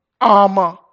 armor